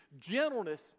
gentleness